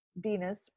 Venus